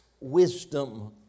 wisdom